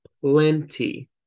plenty